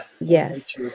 Yes